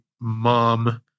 mom